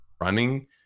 running